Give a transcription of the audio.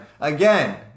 Again